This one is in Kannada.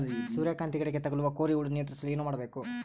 ಸೂರ್ಯಕಾಂತಿ ಗಿಡಕ್ಕೆ ತಗುಲುವ ಕೋರಿ ಹುಳು ನಿಯಂತ್ರಿಸಲು ಏನು ಮಾಡಬೇಕು?